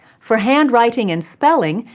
for handwriting and spelling,